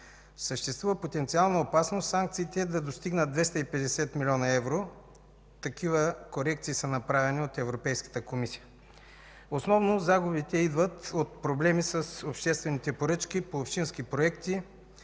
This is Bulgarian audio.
Съществува потенциална опасност санкциите да достигнат 250 млн. евро – такива корекции са направени от Европейската комисия. Основно загубите идват от проблеми с обществените поръчки по общински проекти